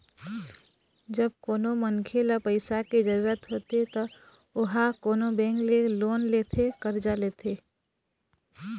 जब कोनो मनखे ल पइसा के जरुरत होथे त ओहा कोनो बेंक ले लोन लेथे करजा लेथे